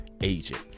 agent